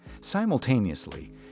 Simultaneously